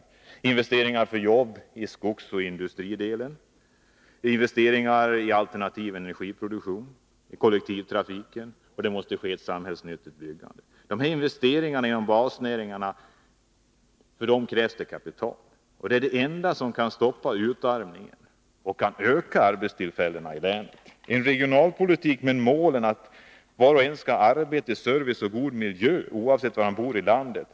Det måste ske investeringar för jobb i skogsindustri, i alternativ energiproduktion, i kollektivtrafik och i ett samhällsnyttigt byggande. För dessa investeringar inom basnäringarna krävs det kapital. Det är det enda som kan stoppa utarmningen och öka antalet arbetstillfällen i länet. Regionalpolitikens mål skall vara arbete, service och god miljö åt alla människor, oavsett var de bor i landet.